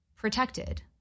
protected